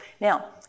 Now